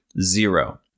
Zero